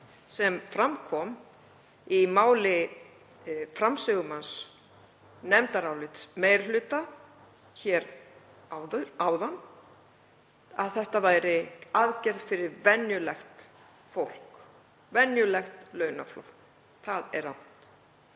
sem fram kom í máli hv. framsögumanns nefndarálits meiri hluta hér áðan að þetta væri aðgerð fyrir venjulegt fólk, venjulegt launafólk. Það er rangt.